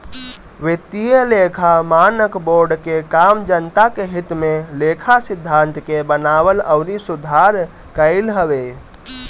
वित्तीय लेखा मानक बोर्ड के काम जनता के हित में लेखा सिद्धांत के बनावल अउरी सुधार कईल हवे